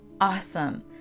Awesome